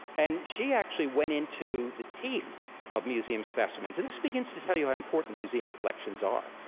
and she actually went into the teeth of museum specimens, and this begins to tell you how important museum collections are,